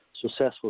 successful